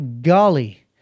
golly